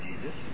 Jesus